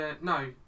no